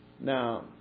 Now